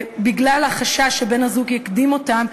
בגלל החשש שבן-הזוג יקדים אותם,